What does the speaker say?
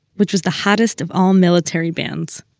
which was the hottest of all military bands.